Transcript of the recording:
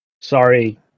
sorry